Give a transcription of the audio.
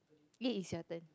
it is your turn